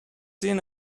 seen